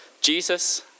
Jesus